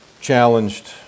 Challenged